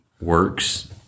works